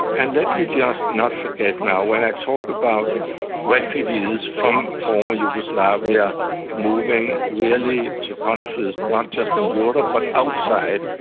and let me just not forget now when i talk about refugees from the former yugoslavia moving really to countries not just in europe but outside,